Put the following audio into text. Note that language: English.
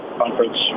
conference